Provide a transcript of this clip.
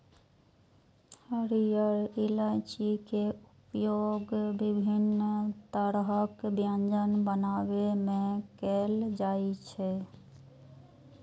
हरियर इलायची के उपयोग विभिन्न तरहक व्यंजन बनाबै मे कैल जाइ छै